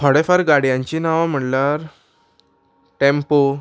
थोडे फार गाडयांची नांवां म्हणल्यार टॅम्पो